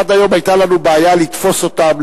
עד היום היתה לנו בעיה לתפוס אותם,